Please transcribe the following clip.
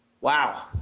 Wow